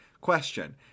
Question